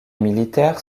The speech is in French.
militaires